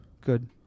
Good